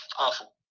awful